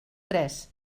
tres